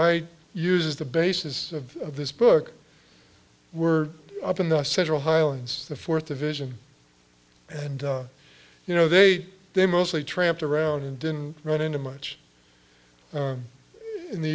i use the bases of this book were up in the central highlands the fourth division and you know they they mostly tramped around and didn't run into much in the